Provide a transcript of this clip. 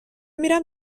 میرم